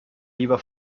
lieber